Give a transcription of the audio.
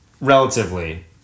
relatively